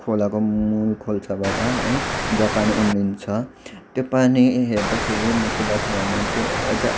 खोलाको मूल खोल्साबाट है जहाँ पानी उम्रिन्छ त्यो पानी हेर्दाखेरि म के लाग्छ भने त्यो एउटा